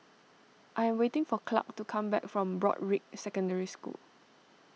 I am waiting for Clark to come back from Broadrick Secondary School